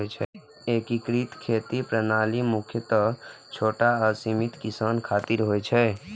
एकीकृत खेती प्रणाली मुख्यतः छोट आ सीमांत किसान खातिर होइ छै